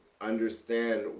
understand